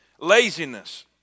laziness